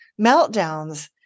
meltdowns